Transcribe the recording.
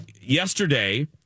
Yesterday